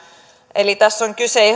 eli tässä on kyse